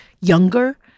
younger